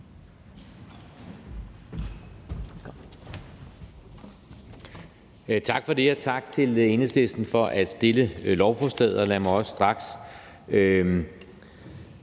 Tak for det, og tak til Enhedslisten for at fremsætte lovforslaget. Lad mig også straks